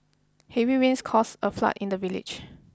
heavy rains caused a flood in the village